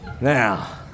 Now